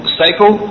cycle